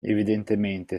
evidentemente